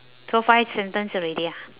so five sentence already ah